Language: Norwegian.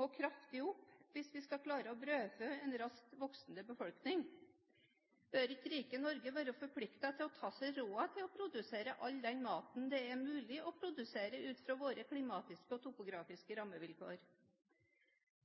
må kraftig opp hvis vi skal klare å brødfø en raskt voksende befolkning. Bør ikke rike Norge være forpliktet til å ta seg råd til å produsere all den maten det er mulig å produsere ut fra våre klimatiske og